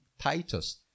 Titus